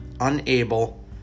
unable